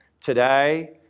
Today